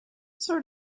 sort